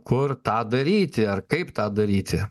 kur tą daryti ar kaip tą daryti